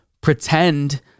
pretend